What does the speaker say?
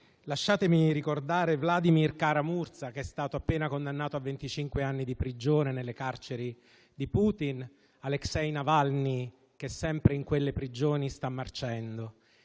Lasciatemi ricordare Vladimir Kara-Murza, appena condannato a venticinque anni di prigione nelle carceri di Putin; Alexey Navalny, che sempre in quelle prigioni sta marcendo.